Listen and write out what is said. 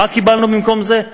מה קיבלנו במקום זה?